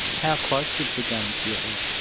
how close was the gun to your head?